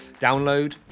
download